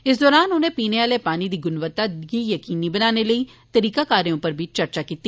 इस दौरान उनें पीने आले पानी दी गुणवता गी यकीनी बनाने लेई तरीकाकारें उप्पर बी चर्चा कीती